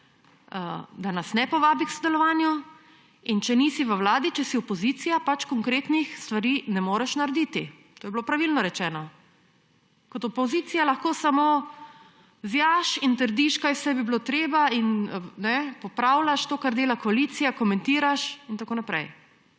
da nas ne povabi k sodelovanju, in če nisi v vladi, če si opozicija, pač konkretnih stvari ne moreš narediti. To je bilo pravilno rečeno. Kot opozicija lahko samo zijaš in trdiš, kaj vse bi bilo treba, in popravljaš to, kar dela koalicija, komentiraš. Kar